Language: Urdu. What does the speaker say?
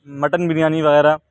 مٹن بریانی وغیرہ